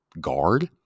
guard